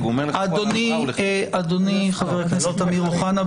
בבקשה אדוני חבר הכנסת אמיר אוחנה.